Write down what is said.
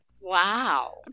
wow